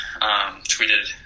tweeted